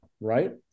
right